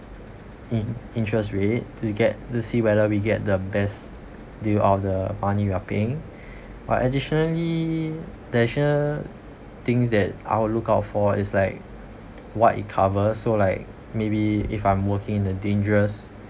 in~ interest rate to get to see whether we get the best deal out of the money we are paying but additionally additional things that i'll look up for is like what it cover so like maybe if i'm working in a dangerous